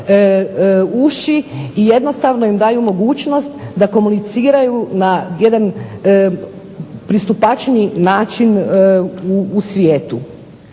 uši i jednostavno im daju mogućnost da komuniciraju na jedan pristupačniji način u svijetu.